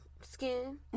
skin